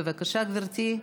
בבקשה, גברתי,